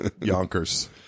Yonkers